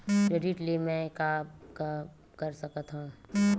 Credit ले मैं का का कर सकत हंव?